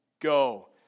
go